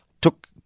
took